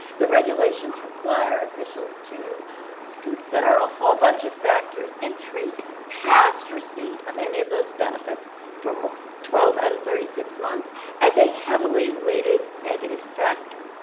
the regulations require officials to consider a whole bunch of factors and treat past receipt of any of those benefits from twelve out of thirty six months as a heavily weighted negative factor.